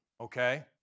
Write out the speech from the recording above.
okay